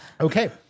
Okay